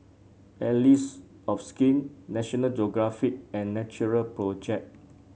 Allies of Skin National Geographic and Natural Project